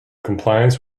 compliance